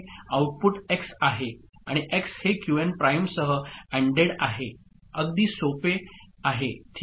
output X आहे आणि X हे क्यूएन प्राइमसह ANDड आहे अगदी सोपे हे ठीक आहे